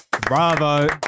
bravo